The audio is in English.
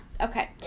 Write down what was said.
okay